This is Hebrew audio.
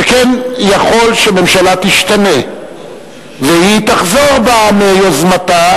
שכן יכול שממשלה תשתנה והיא תחזור בה מיוזמתה,